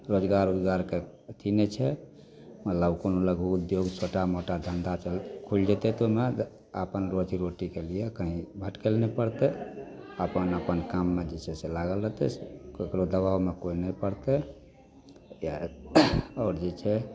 रोजगार ओजगारके अथी नहि छै मतलब कोनो लघु उद्योग छोटा मोटा धन्धा सब खुलि जेतै तऽ ओइमे कऽ आपन रोजी रोटीके लिये कहीँ भटकै लए नहि पड़तै अपन अपन काममे जे छै से लागल रहतै केकरो दबावमे केओ नहि पड़तै तऽ इएह हेतै आओर जे छै